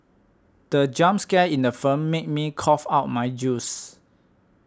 the jump scare in the film made me cough out my juice